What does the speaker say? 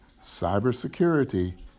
cybersecurity